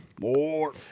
More